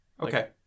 Okay